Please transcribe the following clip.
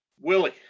Willie